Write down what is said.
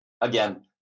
again